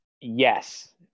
Yes